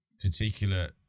particular